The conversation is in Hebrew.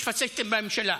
שיש פשיסטים בממשלה,